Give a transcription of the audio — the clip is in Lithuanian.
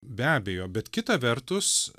be abejo bet kita vertus